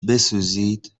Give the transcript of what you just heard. بسوزید